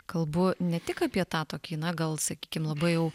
kalbu ne tik apie tą tokį na gal sakykim labai jau